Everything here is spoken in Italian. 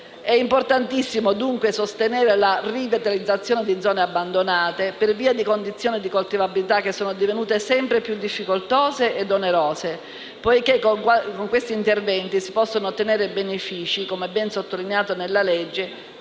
importantissimo sostenere la rivitalizzazione di zone abbandonate, per via di condizioni di coltivabilità che sono divenute sempre più difficoltose e onerose, poiché con questi interventi si possono ottenere benefici, come ben sottolineato nel